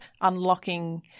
unlocking